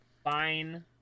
Fine